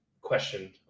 questioned